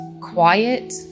quiet